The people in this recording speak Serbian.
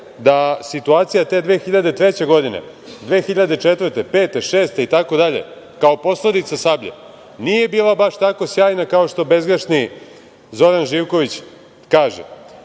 da situacija te 2003. godine, 2004, 2005, 2006. itd, kao posledica „Sablje“, nije bila baš tako sjajna, kao što bezgrešni Zoran Živković kaže.U